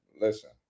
Listen